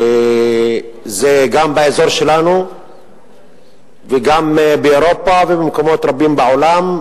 וזה גם באזור שלנו וגם באירופה ובמקומות רבים בעולם.